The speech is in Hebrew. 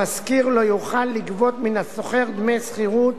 המשכיר לא יוכל לגבות מן השוכר דמי שכירות